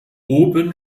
oben